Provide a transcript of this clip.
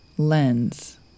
Lens